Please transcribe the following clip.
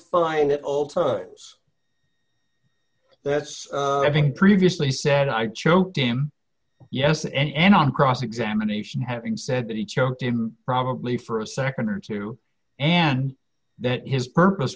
times that's i think previously said i choked him yes and on cross examination having said that he choked him probably for a nd or two and that his purpose